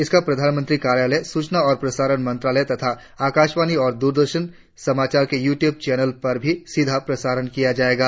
इसका प्रधानमंत्री कार्यालय सूचना और प्रसारण मंत्रालय तथा आकाशवाणी और द्ररदर्शन समाचार के यू ट्यूब चैनलों पर भी सीधा प्रसारण होगा